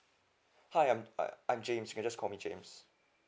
hi I'm I'm james better call me james